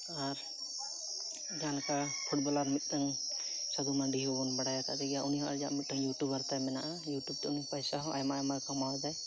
ᱟᱨ ᱡᱟᱦᱟᱸ ᱞᱮᱠᱟ ᱯᱷᱩᱴᱵᱚᱞᱟᱨ ᱢᱤᱫᱴᱟᱝ ᱥᱟᱫᱷᱩ ᱢᱟᱱᱰᱤ ᱦᱚᱸᱵᱚᱱ ᱵᱟᱰᱟᱭ ᱠᱟᱫᱮ ᱜᱮᱭᱟ ᱩᱱᱤ ᱦᱚᱸ ᱟᱡᱟᱜ ᱢᱤᱫᱴᱟᱝ ᱤᱭᱩᱴᱤᱭᱩᱵᱟᱨ ᱛᱟᱭ ᱢᱮᱱᱟᱜᱼᱟ ᱤᱭᱩᱴᱩᱵᱽ ᱛᱮ ᱩᱱᱤ ᱯᱚᱭᱥᱟ ᱦᱚᱸ ᱟᱭᱢᱟ ᱟᱭᱢᱟᱭ ᱠᱟᱢᱟᱣ ᱫᱟᱭ